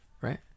right